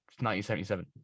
1977